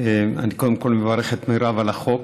אני קודם כול מברך את מירב על החוק,